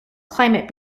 climate